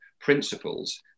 principles